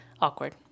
awkward